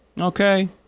Okay